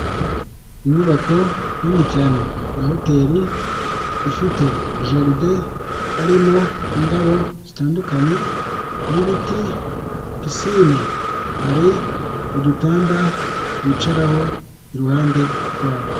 Inyubako nini cyane ya hoteri ifite jaride harimo indabo zitandukanye n'ibiti, pisine, hari udutanda bicaraho iruhande rwayo.